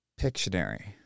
Pictionary